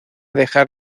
dejar